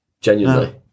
Genuinely